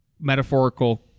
metaphorical